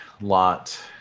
lot